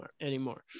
anymore